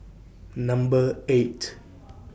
Number eight